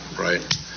right